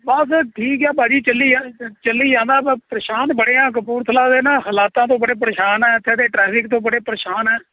ਬਸ ਠੀਕ ਆ ਭਾਅ ਜੀ ਚੱਲੀ ਚੱਲੀ ਜਾਂਦਾ ਪਰ ਪਰੇਸ਼ਾਨ ਬੜੇ ਹਾਂ ਕਪੂਰਥਲਾ ਦੇ ਨਾ ਹਾਲਾਤਾਂ ਤੋਂ ਬੜੇ ਪਰੇਸ਼ਾਨ ਹਾਂ ਇੱਥੋਂ ਦੇ ਟਰੈਫਿਕ ਤੋਂ ਬੜੇ ਪਰੇਸ਼ਾਨ ਹਾਂ